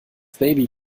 baby